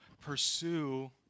pursue